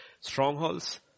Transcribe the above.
Strongholds